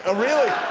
ah really?